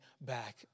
back